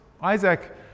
Isaac